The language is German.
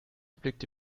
blickte